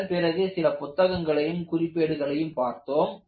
அதன்பிறகு சில புத்தகங்களையும் குறிப்பேடுகளையும் பார்த்தோம்